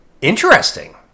interesting